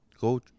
go